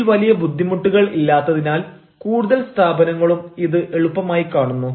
ഇതിൽ വലിയ ബുദ്ധിമുട്ടുകൾ ഇല്ലാത്തതിനാൽ കൂടുതൽ സ്ഥാപനങ്ങളും ഇത് എളുപ്പമായി കാണുന്നു